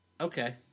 Okay